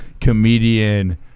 comedian